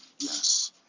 Yes